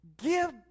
Give